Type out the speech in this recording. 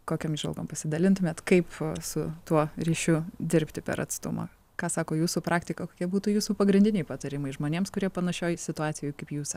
kokiom įžvalgom pasidalintumėt kaip su tuo ryšiu dirbti per atstumą ką sako jūsų praktika kokie būtų jūsų pagrindiniai patarimai žmonėms kurie panašioj situacijoj kaip jūs